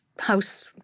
house